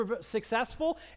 successful